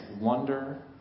wonder